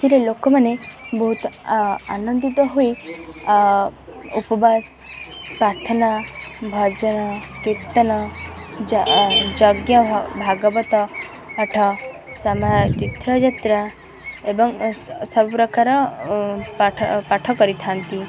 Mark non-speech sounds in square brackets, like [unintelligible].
ଏଥିରେ ଲୋକମାନେ ବହୁତ ଆନନ୍ଦିତ ହୋଇ ଉପବାସ ପ୍ରାର୍ଥନା ଭଜନ କୀର୍ତ୍ତନ ଯଜ୍ଞ ଭାଗବତ ପାଠ [unintelligible] ତୀର୍ଥଯାତ୍ରା ଏବଂ ସବୁ ପ୍ରକାର ପାଠ ପାଠ କରିଥାନ୍ତି